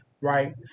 Right